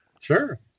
Sure